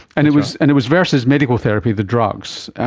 and it was and it was versus medical therapy, the drugs.